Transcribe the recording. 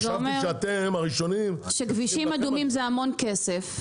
זה אומר שכבישים אדומים זה המון כסף,